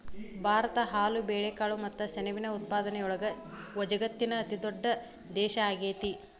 ಭಾರತ ಹಾಲು, ಬೇಳೆಕಾಳು ಮತ್ತ ಸೆಣಬಿನ ಉತ್ಪಾದನೆಯೊಳಗ ವಜಗತ್ತಿನ ಅತಿದೊಡ್ಡ ದೇಶ ಆಗೇತಿ